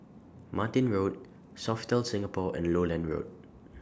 Martin Road Sofitel Singapore and Lowland Road